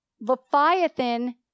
Leviathan